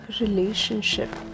Relationship